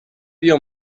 بیا